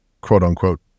quote-unquote